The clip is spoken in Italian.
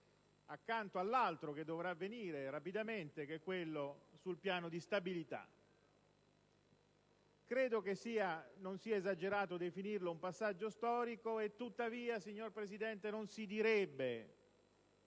accanto all'altro che dovrà rapidamente avvenire, quello sul piano di stabilità. Credo non sia esagerato definirlo un passaggio storico e, tuttavia, signor Presidente, questo non si direbbe